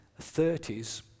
30s